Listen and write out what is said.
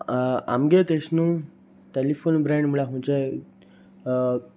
आमगे तेश नू टॅलिफोन ब्रँड म्हळ्यार खंयचे